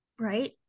right